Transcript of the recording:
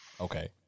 Okay